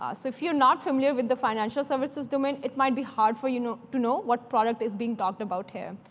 ah so if you're not familiar with the financial services domain, it might be hard for you know to know what product is being talked about here.